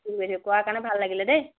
কৰা কাৰণে ভাল লাগিল দেই